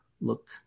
Look